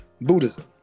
Buddhism